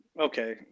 Okay